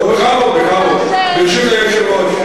בכבוד, בכבוד, ברשות היושב-ראש.